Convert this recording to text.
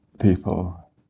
people